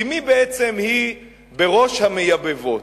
כי מי בעצם היא בראש המייבבות?